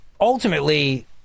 ultimately